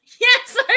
Yes